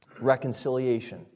reconciliation